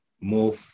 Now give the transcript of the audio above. more